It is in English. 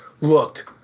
looked